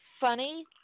funny